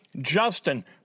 Justin